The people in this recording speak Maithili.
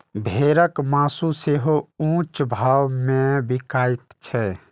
भेड़क मासु सेहो ऊंच भाव मे बिकाइत छै